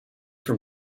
from